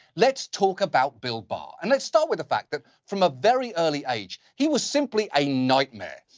let's talk about bill barr. and let's start with the fact that from a very early age, he was simply a nightmare.